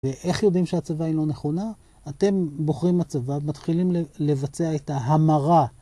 ואיך יודעים שהצבה היא לא נכונה? אתם בוחרים הצבה ומתחילים לבצע את ההמרה.